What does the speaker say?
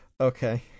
okay